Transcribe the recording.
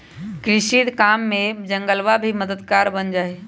कृषि काम में जंगलवा भी मददगार बन जाहई